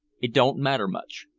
it don't matter much.